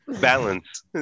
balance